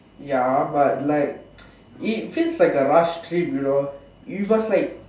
ya but like it feels like a rush trip you know you must like